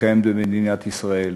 שקיימת במדינת ישראל.